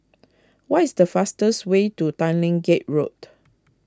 what is the fastest way to Tanglin Gate Road